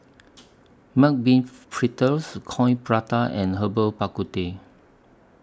Mung Bean Fritters Coin Prata and Herbal Bak Ku Teh